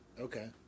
Okay